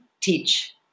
teach